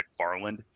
mcfarland